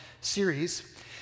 series